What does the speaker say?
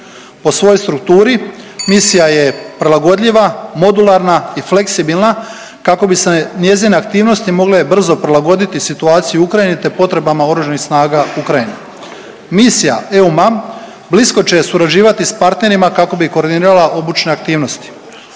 Po svojoj strukturi, misija je prilagodljiva, modularna i fleksibilna kako bi se njezine aktivnosti mogle brzo prilagoditi situaciji u Ukrajini te potrebama oružanih snaga Ukrajine. Misija EUMAM blisko će surađivati s partnerima kako bi koordinirala obučne aktivnosti.